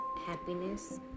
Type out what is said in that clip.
happiness